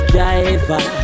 Driver